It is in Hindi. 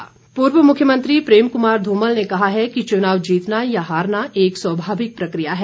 धुमल पूर्व मुख्यमंत्री प्रेम कुमार धूमल ने कहा कि चुनाव जीतना या हारना एक स्वाभाविक प्रक्रिया है